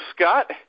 Scott